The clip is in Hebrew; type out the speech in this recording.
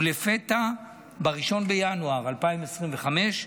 ולפתע ב-1 בינואר 2025,